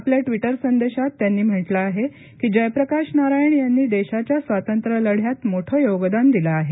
आपल्या ट्विटर संदेशात त्यांनी म्हटलं आहे की जयप्रकाश नारायण यांनी देशाच्या स्वातंत्र्य लढ्यात मोठ योगदान दिल आहे